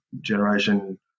generation